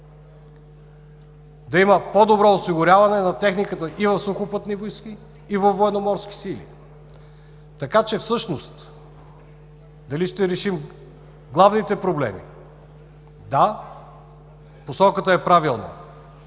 да има по-добро осигуряване на техниката и в Сухопътни войски, и във Военноморски сили. Дали ще решим главните проблеми – да, посоката е правилна